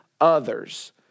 others